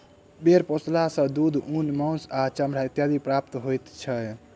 भेंड़ पोसला सॅ दूध, ऊन, मौंस आ चमड़ा इत्यादि प्राप्त होइत छै